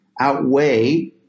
outweigh